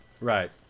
Right